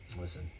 Listen